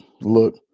look